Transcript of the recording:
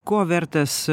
ko vertas